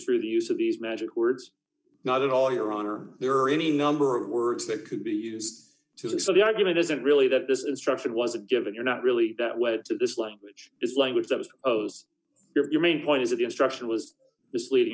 through the use of these magic words not at all your honor there are any number of words that could be used to it so the argument isn't really that this instruction was a given you're not really that way to this language this language that was ose your main point is that the instruction was misleading